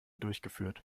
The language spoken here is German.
durchgeführt